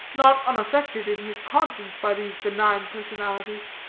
not unaffected in his conscience by these benign personalities,